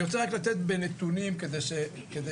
אני רוצה רק לתת בנתונים כדי שנבין.